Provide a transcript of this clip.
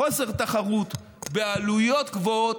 בחוסר תחרות ובעלויות גבוהות.